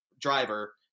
driver